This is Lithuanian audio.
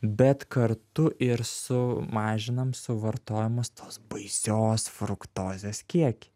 bet kartu ir su mažinam suvartojamos tos baisios fruktozės kiekį